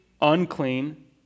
unclean